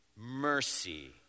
mercy